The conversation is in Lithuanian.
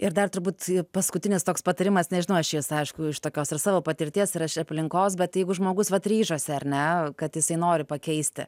ir dar turbūt paskutinis toks patarimas nežinau aš aišku iš tokios ir savo patirties ir iš aplinkos bet jeigu žmogus vat ryžosi ar ne kad jisai nori pakeisti